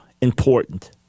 important